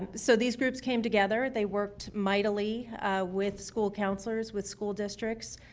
and so these groups came together. they worked mightily with school counselors, with school districts,